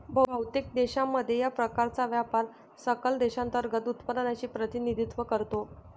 बहुतेक देशांमध्ये, या प्रकारचा व्यापार सकल देशांतर्गत उत्पादनाचे प्रतिनिधित्व करतो